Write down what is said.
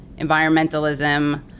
environmentalism